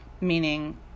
meaning